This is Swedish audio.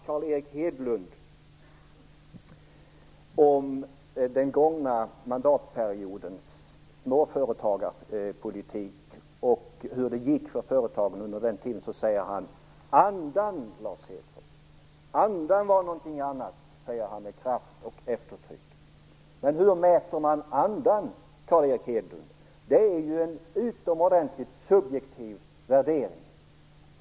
Carl Erik Hedlund talar om den gångna mandatperiodens småföretagarpolitik och hur det gick för företagen under den tiden. Han säger då med kraft och eftertryck: Andan, Lars Hedfors, andan var någonting annat! Men hur mäter man andan, Carl Erik Hedlund? Det är ju en utomordentligt subjektiv värdering.